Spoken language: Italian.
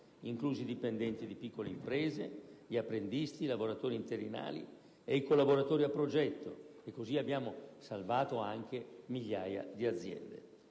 inclusi i dipendenti di piccole imprese, gli apprendisti, i lavoratori interinali e i collaboratori a progetto. E così abbiamo salvato anche migliaia di aziende.